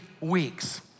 weeks